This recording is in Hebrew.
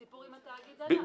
הסיפור עם התאגיד עלה.